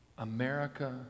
America